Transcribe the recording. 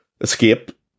escape